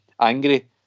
angry